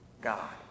God